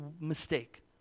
mistake